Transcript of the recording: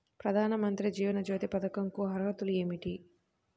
ప్రధాన మంత్రి జీవన జ్యోతి పథకంకు అర్హతలు ఏమిటి?